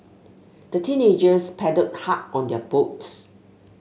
the teenagers paddled hard on their boat